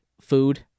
food